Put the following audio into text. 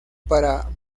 para